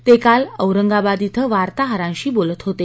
ते काल औरंगाबाद इथं वार्ताहरांशी बोलत होते